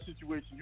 situation